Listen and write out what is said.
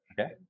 Okay